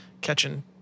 catching